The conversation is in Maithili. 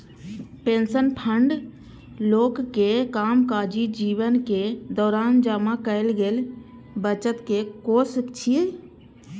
पेंशन फंड लोकक कामकाजी जीवनक दौरान जमा कैल गेल बचतक कोष छियै